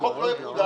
החוק לא יקודם,